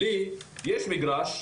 לי יש מגרש,